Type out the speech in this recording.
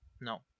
No